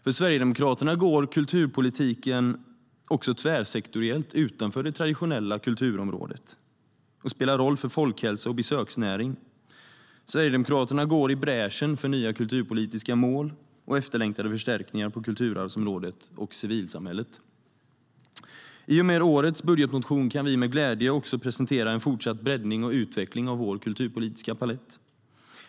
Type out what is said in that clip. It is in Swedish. För Sverigedemokraterna går kulturpolitiken också tvärsektoriellt utanför det traditionella kulturområdet, och den spelar roll för folkhälsa och besöksnäring. Sverigedemokraterna går i bräschen för nya kulturpolitiska mål och efterlängtade förstärkningar på kulturarvsområdet och civilsamhället.I och med årets budgetmotion kan vi med glädje också presentera en fortsatt breddning och utveckling av vår kulturpolitiska palett.